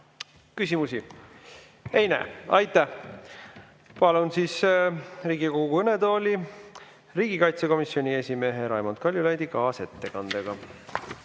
Küsimusi ei näe. Aitäh! Palun Riigikogu kõnetooli riigikaitsekomisjoni esimehe Raimond Kaljulaidi kaasettekandega.